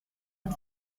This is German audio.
und